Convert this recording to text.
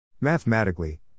Mathematically